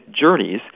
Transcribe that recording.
journeys